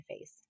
face